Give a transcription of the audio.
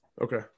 Okay